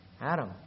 Adam